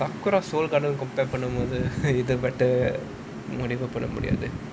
seoul garden compare பண்ணும் போது:pannum pothu better முடிவு பண்ண முடியாது:mudivu panna mudiyaathu